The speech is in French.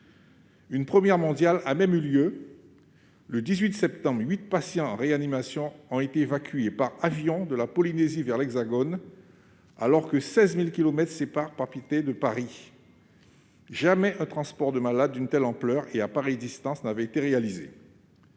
Une première mondiale a même eu lieu : le 18 septembre, 8 patients en réanimation ont été évacués par avion de la Polynésie vers l'Hexagone, alors que 16 000 kilomètres séparent Papeete de Paris. Jamais un transport de malades d'une telle ampleur et à pareille distance n'avait été réalisé.